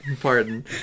Pardon